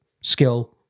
skill